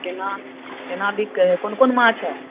केना केना बिकै हइ कोन कोन माछ हए